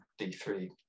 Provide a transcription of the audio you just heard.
D3